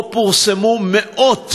שפורסמו בו מאות